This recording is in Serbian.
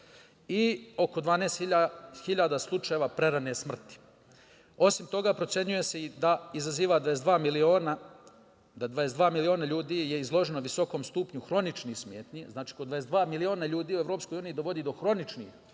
i oko 12.000 slučajeva prerane smrti. Osim toga, procenjuje se da je 22 miliona ljudi izloženo visokom stupnju hroničnih smetnji. Znači, kod 22 miliona ljudi u EU dovodi do hroničnih oboljenja,